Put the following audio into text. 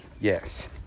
yes